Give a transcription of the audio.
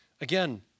Again